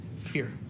Fear